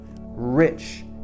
Rich